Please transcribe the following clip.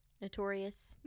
Notorious